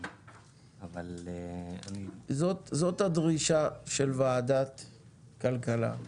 זאת הדרישה של ועדת הכלכלה,